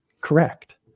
correct